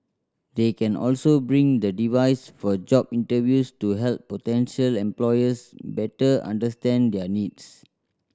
they can also bring the device for job interviews to help potential employers better understand their needs